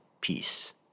peace